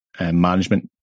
management